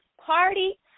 party